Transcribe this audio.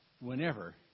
whenever